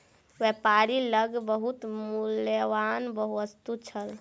व्यापारी लग बहुत मूल्यवान वस्तु छल